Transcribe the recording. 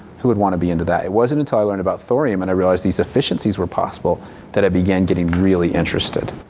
who would want to be into that? it wasn't until i learned about thorium and i reallized these efficiencies were possible that i began getting really interested.